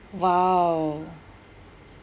!wow!